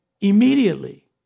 Immediately